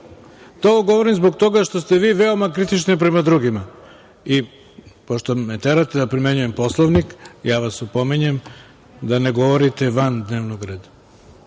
vam govorim zbog toga što ste vi veoma kritični prema drugima. Pošto me terate da primenjujem Poslovnik, ja vas opominjem da ne govorite van dnevnog reda.